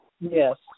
Yes